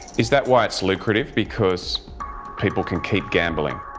is that why it's lucrative? because people can keep gambling.